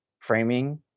framing